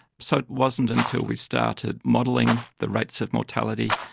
so it wasn't until we started modelling the rates of mortality,